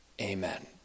Amen